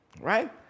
right